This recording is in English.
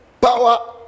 power